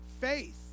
faith